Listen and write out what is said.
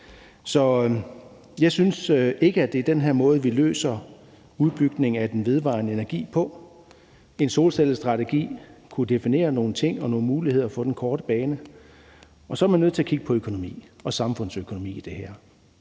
Jeg synes ikke, at det er den her måde, vi løser udbygningen af den vedvarende energi på. En solcellestrategi kunne definere nogle ting og nogle muligheder på den korte bane. Så er man nødt til at kigge på økonomi og samfundsøkonomi i det her.